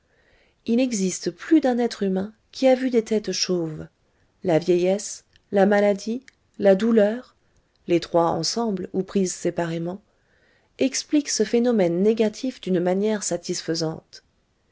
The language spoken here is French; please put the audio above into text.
il existe plus d'un être humain qui a vu des têtes chauves la vieillesse la maladie la douleur les trois ensemble ou prises séparément expliquent ce phénomène négatif d'une manière satisfaisante